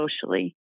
socially